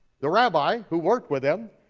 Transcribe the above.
the rabbi who worked with him,